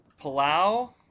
Palau